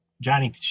Johnny